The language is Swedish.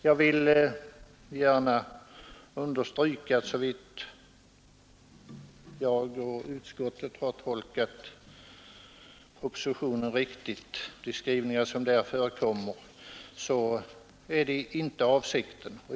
Jag vill emellertid understryka att så som utskottet och jag har tolkat skrivningarna i propositionen är detta inte avsikten.